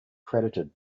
credited